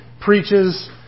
preaches